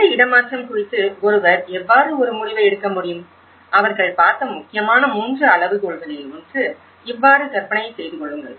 இந்த இடமாற்றம் குறித்து ஒருவர் எவ்வாறு ஒரு முடிவை எடுக்க முடியும் அவர்கள் பார்த்த முக்கியமான மூன்று அளவுகோல்களில் ஒன்று இவ்வாறு கற்பனையில் செய்து கொள்ளுங்கள்